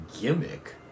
gimmick